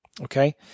Okay